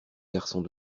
garçons